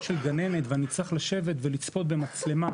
של גננת ואני צריך לשבת ולצפות במצלמה